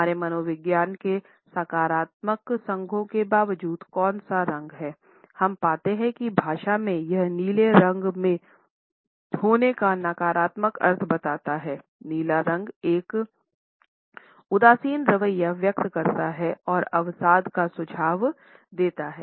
हमारे मनोविज्ञान में सकारात्मक संघों के बावजूद कौन सा रंग है हम पाते हैं कि भाषा में यह नीले रंग में होने का नकारात्मक अर्थ बताता है नीला रंग एक उदासीन रवैया व्यक्त करता है और अवसाद का सुझाव देता है